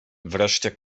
wreszcie